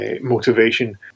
motivation